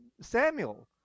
samuel